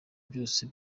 byose